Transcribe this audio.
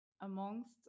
amongst